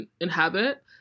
inhabit